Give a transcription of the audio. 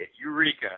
Eureka